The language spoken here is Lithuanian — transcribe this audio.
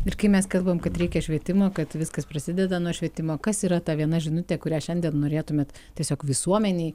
ir kai mes kalbam kad reikia švietimą kad viskas prasideda nuo švietimo kas yra ta viena žinutė kurią šiandien norėtumėt tiesiog visuomenei